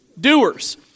Doers